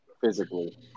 physically